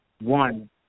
One